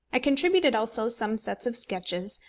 i contributed also some sets of sketches,